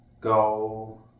go